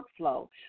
workflow